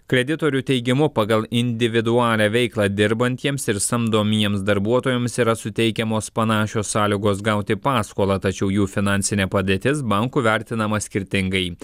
kreditorių teigimu pagal individualią veiklą dirbantiems ir samdomiems darbuotojams yra suteikiamos panašios sąlygos gauti paskolą tačiau jų finansinė padėtis bankų vertinama skirtingai